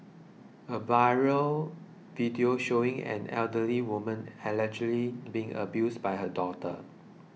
a viral video showing an elderly woman allegedly being abused by her daughter